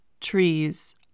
trees